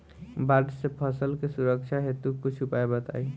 बाढ़ से फसल के सुरक्षा हेतु कुछ उपाय बताई?